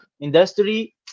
industry